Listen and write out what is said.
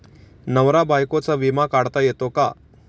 नवरा बायकोचा विमा काढता येतो का?